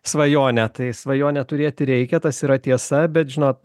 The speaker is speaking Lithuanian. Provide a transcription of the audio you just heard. svajonę tai svajonę turėti reikia tas yra tiesa bet žinot